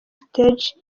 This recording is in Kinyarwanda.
stade